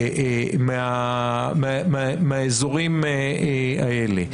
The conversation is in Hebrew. מהאזורים האלה.